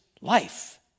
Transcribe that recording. life